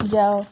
ଯାଅ